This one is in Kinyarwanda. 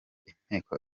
inteko